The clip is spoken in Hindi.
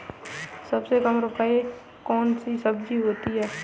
सबसे कम रुपये में कौन सी सब्जी होती है?